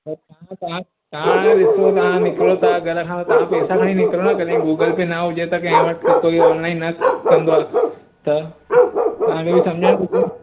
त तव्हां तव्हां ॾिसो तव्हां निकिरो त घर खां तां पैसा खणी निकिरो न कॾहिं गूगल पे न हुजे त कंहिं वटि कोई ऑनलाइन न कंदो आहे त तव्हांखे बि समुझण घुरिजे न